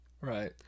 Right